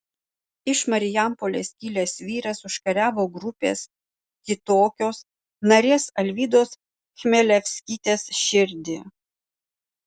iš marijampolės kilęs vyras užkariavo grupės kitokios narės alvydos chmelevskytės širdį